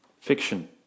fiction